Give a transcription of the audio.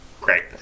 Great